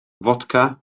fodca